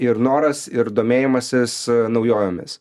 ir noras ir domėjimasis naujovėmis